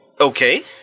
Okay